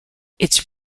its